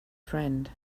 friend